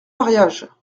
mariage